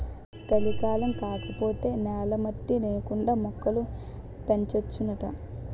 కలికాలం కాకపోతే నేల మట్టి నేకండా మొక్కలు పెంచొచ్చునాట